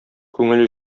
күңел